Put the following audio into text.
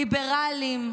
ליברלים,